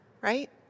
right